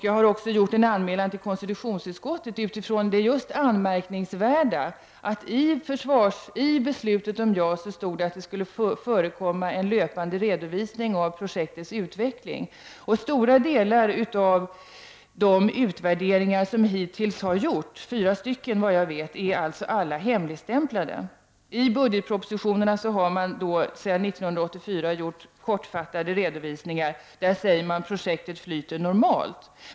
Jag har också gjort en anmälan till konstitutionsutskottet utifrån det anmärkningsvärda i att stora delar av de utvärderingar som hittills har gjorts — fyra stycken, såvitt jag vet — är hemligstämplade, trots att det i beslutet om JAS stod att det skulle förekomma en löpande redovisning av projektets utveckling. I budgetpropositionerna har det sedan 1984 gjorts kortfattade redovisningar. Där sägs det att projektet flyter normalt.